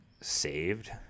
saved